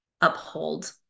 uphold